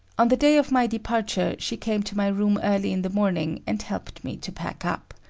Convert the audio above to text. on the day of my departure, she came to my room early in the morning and helped me to pack up.